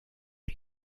are